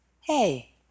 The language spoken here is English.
Hey